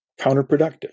counterproductive